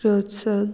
प्रोत्सन